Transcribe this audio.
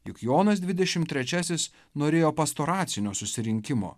jog jonas dvidešimtrečiasis norėjo pastoracinio susirinkimo